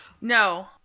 No